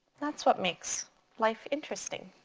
that's what makes life interesting.